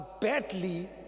badly